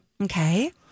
Okay